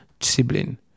sibling